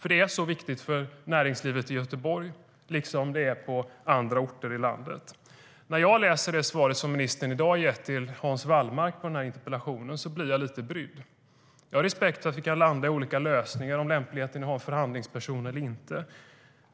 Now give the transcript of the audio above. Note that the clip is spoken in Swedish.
Detta är så viktigt för näringslivet i Göteborg liksom på andra orter i landet. När jag läser det svar som ministern i dag har gett på interpellationen av Hans Wallmark blir jag lite brydd. Jag har respekt för att vi kan landa i olika lösningar om lämpligheten i att ha en förhandlingsperson.